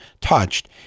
touched